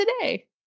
today